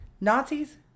Nazis